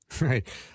Right